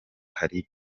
hari